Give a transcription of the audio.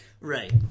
Right